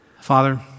Father